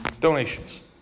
donations